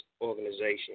organization